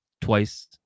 twice